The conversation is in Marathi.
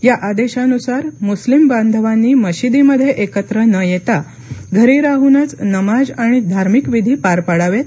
या आदेशानुसार मुस्लीम बांधवानी मशिदीमध्ये एकत्र न येता घरी राहूनच नमाज आणि धार्मिक विधी पार पडावेत